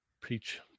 Preach